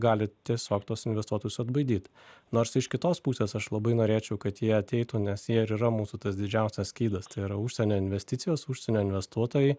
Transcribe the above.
gali tiesiog tuos investuotus atbaidyt nors iš kitos pusės aš labai norėčiau kad jie ateitų nes jie yra mūsų tas didžiausias skydas tai yra užsienio investicijos užsienio investuotojai